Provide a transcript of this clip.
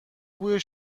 بوی